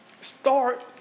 Start